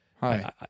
Hi